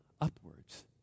upwards